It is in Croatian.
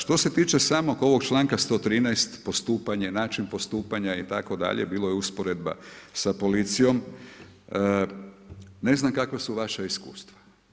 Što se tiče samog ovog članka 113. postupanje, način postupanja itd. bilo je usporedba sa policijom, ne znam kakva su vaša iskustva.